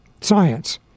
science